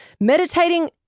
Meditating